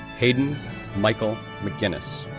hayden michael mcguinness,